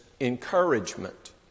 encouragement